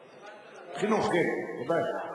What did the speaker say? חינוך, כן, בוודאי.